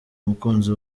umukunzi